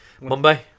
Mumbai